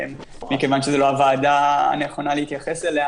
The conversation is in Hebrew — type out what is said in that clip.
כיוון שזו לא הוועדה הנכונה להתייחס אליו,